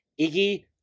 Iggy